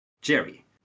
Jerry